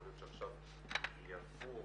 יכול להיות שעכשיו יהיה הפוך,